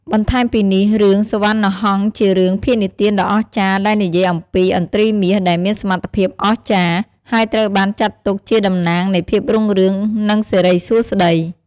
បន្ថែមពីនេះ រឿង សុវណ្ណាហង្សជារឿងភាគនិទានដ៏អស្ចារ្យដែលនិយាយអំពី ឥន្ទ្រីមាស ដែលមានសមត្ថភាពអស្ចារ្យ ហើយត្រូវបានចាត់ទុកជាតំណាងនៃភាពរុងរឿង និងសិរីសួស្ដី។